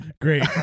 Great